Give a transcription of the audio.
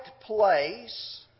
place